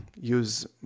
use